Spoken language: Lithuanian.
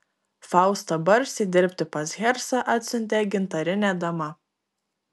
faustą barsį dirbti pas hercą atsiuntė gintarinė dama